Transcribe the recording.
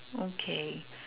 okay